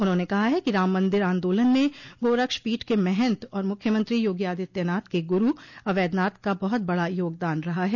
उन्होंने कहा है कि राम मंदिर आन्दोलन में गोरक्ष पीठ के महंत और मुख्यमंत्री योगी आदित्यनाथ के गुरू अवैधनाथ का बहुत बड़ा योगदान रहा है